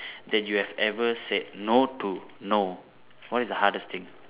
that you have ever said no to no what is the hardest thing